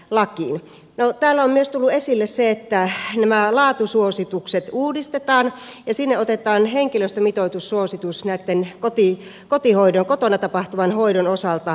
täällä on myös tullut esille se että nämä laatusuositukset uudistetaan ja sinne otetaan henkilöstömitoitussuositus kotihoidon kotona tapahtuvan hoidon osalta